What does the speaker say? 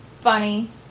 funny